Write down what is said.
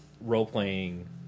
role-playing